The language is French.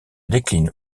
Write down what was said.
décline